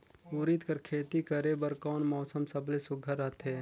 उरीद कर खेती करे बर कोन मौसम सबले सुघ्घर रहथे?